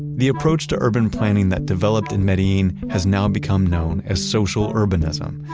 the approach to urban planning that developed in medellin has now become known as social urbanism.